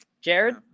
Jared